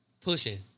pushing